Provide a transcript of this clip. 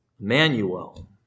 Emmanuel